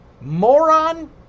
Moron